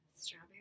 Strawberry